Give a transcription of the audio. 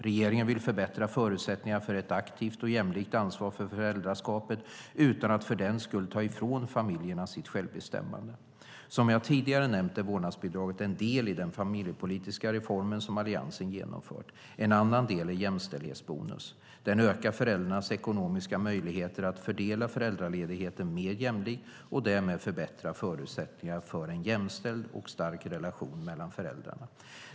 Regeringen vill förbättra förutsättningarna för ett aktivt och jämlikt ansvar för föräldraskapet utan att för den skull ta ifrån familjerna sitt självbestämmande. Som jag tidigare nämnt är vårdnadsbidraget en del i den familjepolitiska reform som Alliansen genomfört. En annan del är jämställdhetsbonusen. Den ökar föräldrarnas ekonomiska möjligheter att fördela föräldraledigheten mer jämlikt och förbättrar därmed förutsättningarna för en jämställd och stark relation mellan föräldrarna.